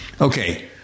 Okay